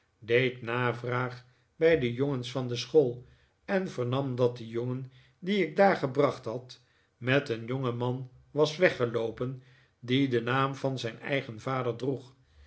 deed navraag bij de jongens van de school en vernam dat de jongen dien ik daar gebracht had met een jongeman was weggeloopen die den naam van zijn eigen vader droeg